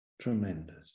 Tremendous